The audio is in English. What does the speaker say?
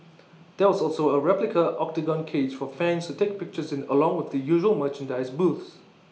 there was also A replica Octagon cage for fans to take pictures in along with the usual merchandise booths